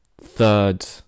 third